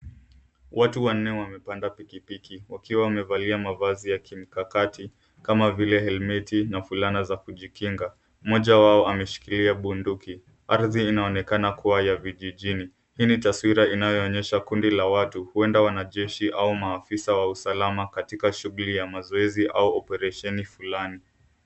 Watu wanne wamepanda pikipiki wakiwa wamevalia mavazi ya kimkakati kama vile helmeti na vulana za kijikinga. Mmoja wao ameshikilia bunduki. Ardhi inaonekana kuwa ya vijijini, hii ni taswira inayoonyesha kundi la watu heunda wanajeshi au maafisa wa usalama katika shughuli ya mazoezi au operesheni fulani.